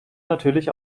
natürlich